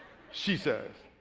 she says,